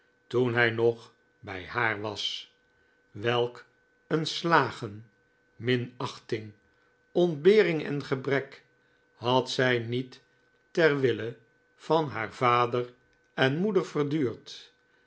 toen hij nog bij haar was welk een slagen minachting ontbering en gebrek had zij niet ter wille van haar vader en moeder